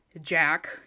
jack